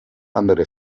andere